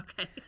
Okay